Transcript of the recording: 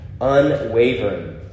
Unwavering